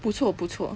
不错不错